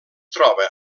troba